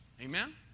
Amen